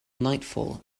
nightfall